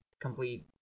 complete